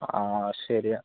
ആ ശരിയാണ്